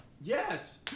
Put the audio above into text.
Yes